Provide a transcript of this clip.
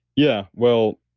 yeah. well,